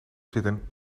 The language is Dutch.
zitten